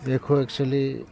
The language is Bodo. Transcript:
बेख' एक्सुयेलि